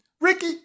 Ricky